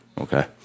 Okay